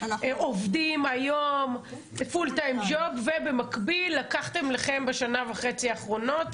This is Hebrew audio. עובדים היום פול טיים ג'וב ובמקביל לקחתם לכם בשנה וחצי האחרונות,